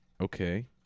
Okay